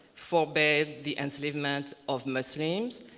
forbade the enslavement of muslims.